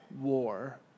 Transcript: war